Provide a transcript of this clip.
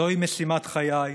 זוהי משימת חיי.